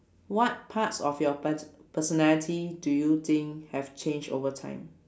what parts of your pert~ personality do you think have change over time